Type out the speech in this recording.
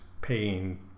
paying